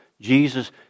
Jesus